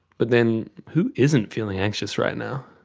but then who isn't feeling anxious right now?